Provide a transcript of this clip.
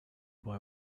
boy